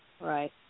Right